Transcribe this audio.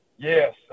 Yes